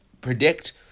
predict